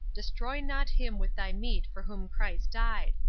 destroy not him with thy meat for whom christ died.